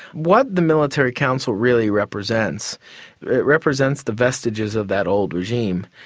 what the military council really represents, it represents the vestiges of that old regime.